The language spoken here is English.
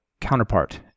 counterpart